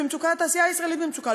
התעשייה הישראלית במצוקה.